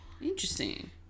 Interesting